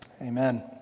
amen